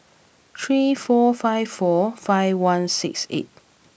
three four five four five one six eight